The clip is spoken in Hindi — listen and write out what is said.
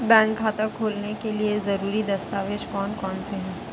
बैंक खाता खोलने के लिए ज़रूरी दस्तावेज़ कौन कौनसे हैं?